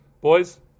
Boys